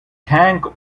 tank